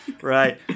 Right